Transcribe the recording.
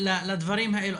לדברים האלה?